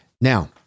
Now